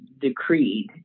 decreed